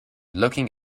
looking